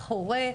הורה,